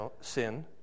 sin